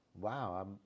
wow